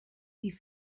die